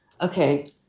okay